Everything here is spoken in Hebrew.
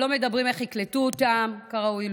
לא מדברים על איך יקלטו אותם כראוי,